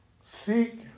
Seek